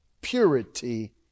purity